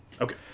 Okay